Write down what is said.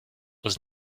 was